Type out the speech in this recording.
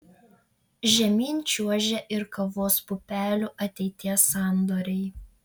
žemyn čiuožia ir kavos pupelių ateities sandoriai